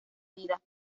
vida